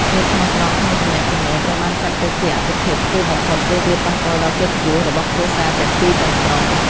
ភាពស្មោះត្រង់ក្នុងទំនាក់ទំនងត្រូវបានចាត់ទុកជាអាទិភាពខ្ពស់បំផុត ព្រោះវាប៉ះពាល់ដល់កិត្តិយសរបស់គ្រួសារទាំងពីរទាំងស្រុង។